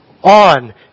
On